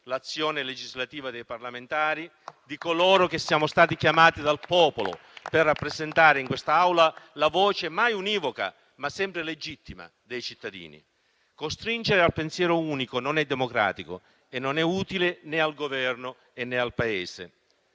l'azione legislativa dei parlamentari, di coloro che sono stati chiamati dal popolo per rappresentare in quest'Aula la voce mai univoca, ma sempre legittima, dei cittadini. Costringere al pensiero unico non è democratico e non è utile né al Governo, né al Paese.